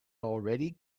already